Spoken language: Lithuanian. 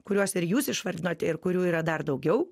kuriuos ir jūs išvardinote ir kurių yra dar daugiau